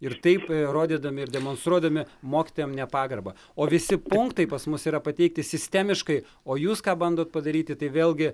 ir taip rodydami ir demonstruodami mokytojam nepagarbą o visi punktai pas mus yra pateikti sistemiškai o jūs ką bandote padaryti tai vėlgi